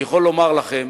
אני יכול לומר לכם